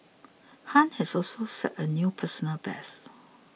Han has also set a new personal best